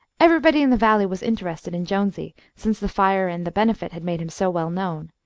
everybody in the valley was interested in jonesy since the fire and the benefit had made him so well known,